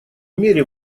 мере